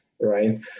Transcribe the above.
right